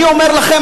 אני אומר לכם,